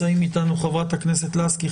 נמצאים אתנו חברת הכנסת לסקי,